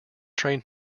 train